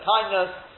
kindness